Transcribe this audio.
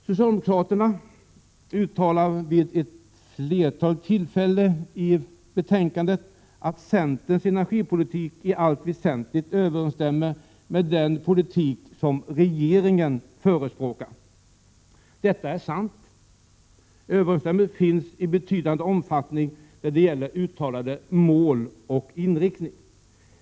Socialdemokraterna uttalar vid ett flertal tillfällen i betänkandet att centerns energipolitik i allt väsentligt överensstämmer med den politik som regeringen förespråkar. Detta är sant. Överensstämmelse finns i betydande omfattning när det gäller uttalanden om mål och inriktning.